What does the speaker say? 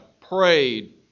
prayed